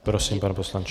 Prosím, pane poslanče.